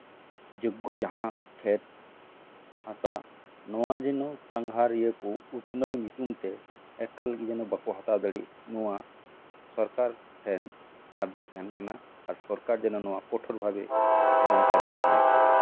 ᱡᱳᱜᱽᱜᱚ ᱡᱟᱦᱟᱸ ᱠᱷᱮᱛ ᱦᱟᱥᱟ ᱱᱚᱶᱟ ᱡᱮᱱᱚ ᱥᱟᱸᱜᱷᱟᱨᱤᱭᱟᱹ ᱠᱚ ᱩᱛᱱᱟᱹᱣ ᱧᱩᱛᱩᱢᱛᱮ ᱮᱠᱟᱞᱜᱮ ᱡᱮᱱᱚ ᱵᱟᱠᱚ ᱦᱟᱛᱟᱣ ᱫᱟᱲᱮᱭᱟᱜ ᱱᱚᱶᱟ ᱥᱚᱨᱠᱟᱨ ᱴᱷᱮᱱ ᱟᱨᱫᱟᱥ ᱛᱟᱦᱮᱱ ᱠᱟᱱᱟ ᱟᱨ ᱥᱚᱨᱠᱟᱨ ᱡᱮᱱᱳ ᱠᱚᱴᱳᱨ ᱵᱷᱟᱵᱮ ᱱᱚᱶᱟᱭ ᱠᱟᱨᱡᱚᱠᱚᱨᱤ